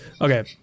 Okay